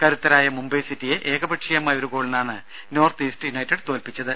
കരുത്തരായ മുംബൈ സിറ്റിയെ ഏകപക്ഷീയമായ ഒരു ഗോളിനാണ് നോർത്ത് ഈസ്റ്റ് യുനൈറ്റഡ് തോൽപ്പിച്ചത്